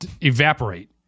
evaporate